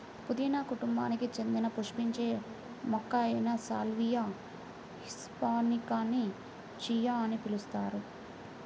పుదీనా కుటుంబానికి చెందిన పుష్పించే మొక్క అయిన సాల్వియా హిస్పానికాని చియా అని పిలుస్తారు